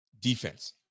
defense